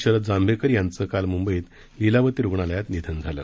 शरद जांभेकर यांचं काल म्ंबईत लीलावती रुग्णालयात निधन झालं